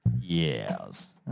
Yes